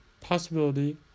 possibility